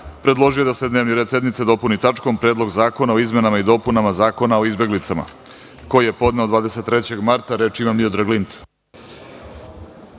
predložio je da se dnevni red sednice dopuni tačkom - Predlog zakona o izmenama i dopunama Zakona o izbeglicama, koji je podneo 23. marta. Reč ima narodni